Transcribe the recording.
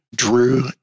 Drew